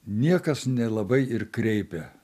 niekas nelabai ir kreipia